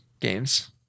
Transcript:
games